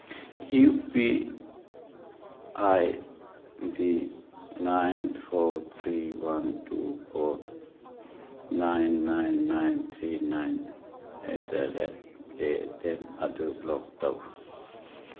U P I I D nine four three one two four nine nine nine three nine at the rate Paytm ꯑꯗꯨ block ꯇꯧ